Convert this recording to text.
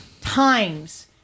times